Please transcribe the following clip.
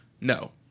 no